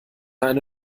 eine